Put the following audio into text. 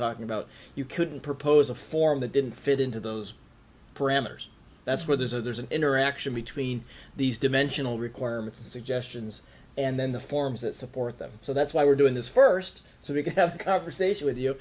talking about you couldn't propose a form that didn't fit into those parameters that's where there's a there's an interaction between these dimensional requirements suggestions and then the forms that support them so that's why we're doing this first so we can have a conversation with you